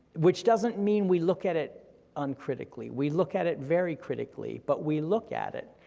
which doesn't mean we look at it uncritically, we look at it very critically, but we look at it,